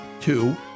Two